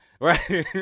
right